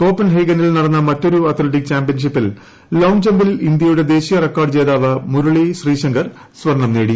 കോപ്പൻ ഹേഗനിൽ നടന്ന മറ്റൊരു അത്ലറ്റിക് ചാമ്പ്യൻഷിപ്പിൽ ലോംഗ്ജമ്പിൽ ഇന്ത്യയുടെ ദേശീയ റെക്കാർഡ് ജേതാവ് മുരളി ശ്രീശങ്കർ സൂർണ്ണ് നേടി